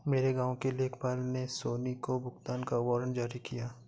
मेरे गांव के लेखपाल ने सोनी को भुगतान का वारंट जारी किया